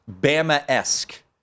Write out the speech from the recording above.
Bama-esque